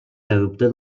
dubte